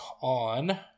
on